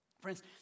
Friends